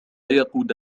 يقود